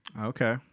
Okay